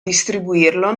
distribuirlo